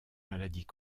maladies